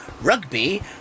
rugby